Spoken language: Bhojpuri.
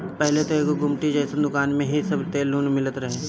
पहिले त एगो गुमटी जइसन दुकानी में ही सब तेल नून मिलत रहे